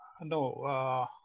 No